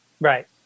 Right